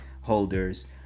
holders